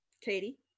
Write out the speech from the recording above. Katie